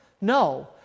No